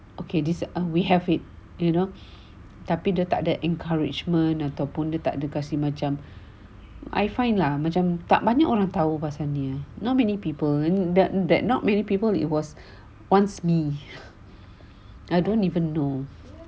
okay this uh we have it you know tapi dia tak ada encouragement ataupun dia kasih macam I find lah macam tak banyak orang tahu pasal ni not many people that that not many people it was once me I don't even know